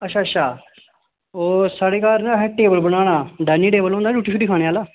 अच्छा अच्छा ओह् साढ़े घर ना अहें टेबल बनाना डायनिंग टेबल हुंदा नी रूट्टी शुट्टी खाने आह्ला